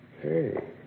Hey